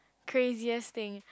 craziest things